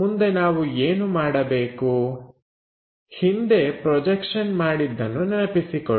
ಮುಂದೆ ನಾವು ಏನು ಮಾಡಬೇಕು ಹಿಂದೆ ಪ್ರೊಜೆಕ್ಷನ್ ಮಾಡಿದ್ದನ್ನು ನೆನಪಿಸಿಕೊಳ್ಳಿ